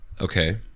Okay